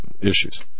issues